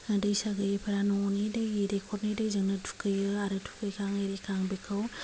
दैसा गैयिफोरा न'नि दै दैखरनि दैजोंनो थुखैयो आरो थुखैखां आरिखां बेखौ